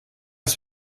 ist